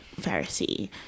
pharisee